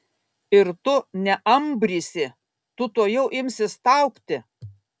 ir tu neambrysi tu tuojau imsi staugti